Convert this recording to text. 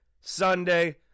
Sunday